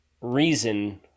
reason